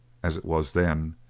as it was then,